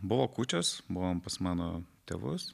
buvo kūčios buvom pas mano tėvus